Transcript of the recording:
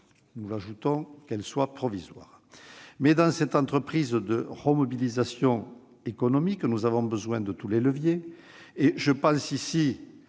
pourvu qu'elle soit provisoire. Mais dans cette entreprise de remobilisation économique, nous avons besoin de tous les leviers.